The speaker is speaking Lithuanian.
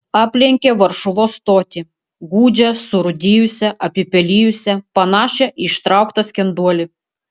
aplenkė varšuvos stotį gūdžią surūdijusią apipelijusią panašią į ištrauktą skenduolį